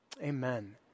Amen